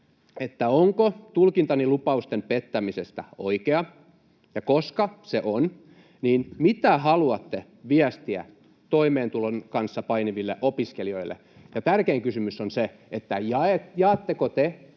onko tulkintani lupausten pettämisestä oikea, ja koska se on, niin mitä haluatte viestiä toimeentulon kanssa painiville opiskelijoille? Tärkein kysymys on: jaatteko te